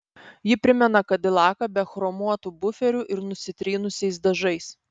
ji primena kadilaką be chromuotų buferių ir nusitrynusiais dažais